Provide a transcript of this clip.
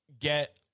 get